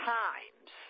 times